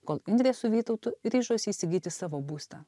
kol indrė su vytautu ryžosi įsigyti savo būstą